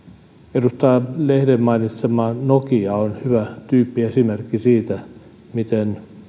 edustaja lehden mainitsema nokia on hyvä tyyppiesimerkki siitä miten